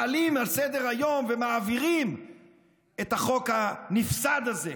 מעלים על סדר-היום ומעבירים את החוק הנפסד הזה.